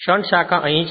shunt શાખા અહીં છે